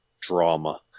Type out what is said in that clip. drama